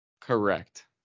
Correct